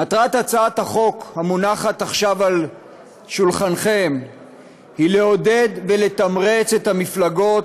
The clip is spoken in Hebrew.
מטרת הצעת החוק המונחת עכשיו על שולחנכם היא לעודד ולתמרץ את המפלגות